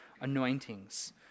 anointings